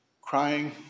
crying